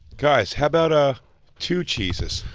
guys. how about ah two cheeses?